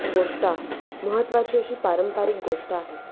गोष्ट आहे महत्त्वाची अशी पारंपरिक गोष्ट आहे